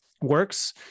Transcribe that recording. works